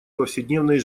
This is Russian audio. повседневной